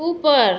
ऊपर